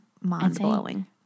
mind-blowing